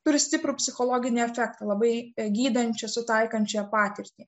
turi stiprų psichologinį efektą labai gydančąją sutaikančiąją patirtį